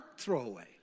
throwaway